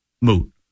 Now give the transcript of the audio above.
moot